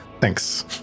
Thanks